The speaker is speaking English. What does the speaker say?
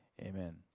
Amen